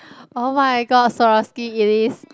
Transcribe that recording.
oh-my-god Swarovski it is